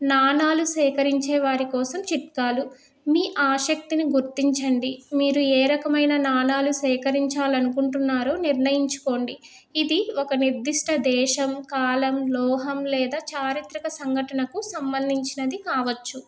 నాణాలు సేకరించే వారి కోసం చిట్కాలు మీ ఆశక్తిని గుర్తించండి మీరు ఏ రకమైన నాణాలు సేకరించాలనుకుంటున్నారో నిర్ణయించుకోండి ఇది ఒక నిర్దిష్ట దేశం కాలం లోహం లేదా చారిత్రక సంఘటనకు సంబంధించినది కావచ్చు